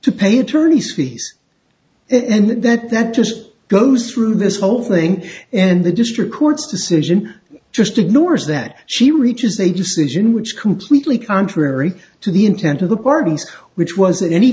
to pay attorney's fees and that that just goes through this whole thing and the district court's decision just ignores that she reaches a decision which completely contrary to the intent of the parties which wasn't any